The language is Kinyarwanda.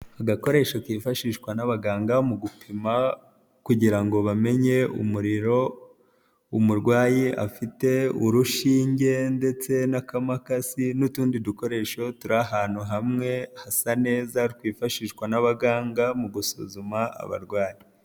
Agakoresho kifashishwa n'abaganga mu gupima kugira ngo bamenye umuriro umurwayi afite, urushinge ndetse n'akamakasi n'utundi dukoresho turi ahantu hamwe hasa neza twifashishwa n'abaganga mu gusuzuma abarwayi.